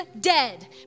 dead